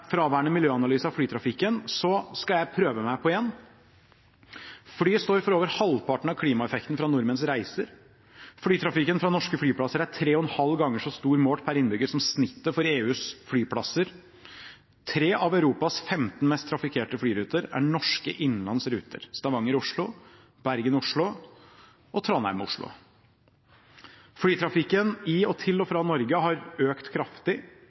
fraværende miljøanalyse av flytrafikken, skal jeg prøve meg på en. Fly står for over halvparten av klimaeffekten fra nordmenns reiser. Flytrafikken fra norske flyplasser er tre og en halv ganger så stor målt per innbygger som snittet for EUs flyplasser. 3 av Europas 15 mest trafikkerte flyruter er norske innenlandsruter, Stavanger–Oslo, Bergen–Oslo og Trondheim–Oslo. Flytrafikken i og til og fra Norge har økt kraftig.